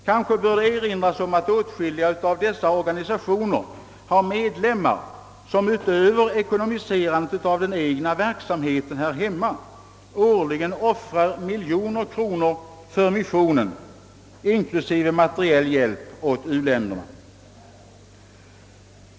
Kanske bör det erinras om att åtskilliga av dessa organisationer har medlemmar, som utöver finansierandet av den egna verksamheten hemma årligen offrar tillsammans miljoner kronor för missionen inklusive materiell hjälp åt u-länderna.